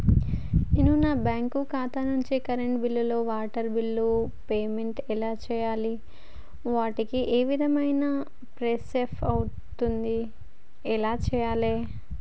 నేను నా బ్యాంకు ఖాతా నుంచి కరెంట్ బిల్లో వాటర్ బిల్లో పేమెంట్ ఎలా చేయాలి? వాటికి ఏ విధమైన ప్రాసెస్ ఉంటది? ఎలా చేయాలే?